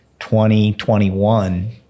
2021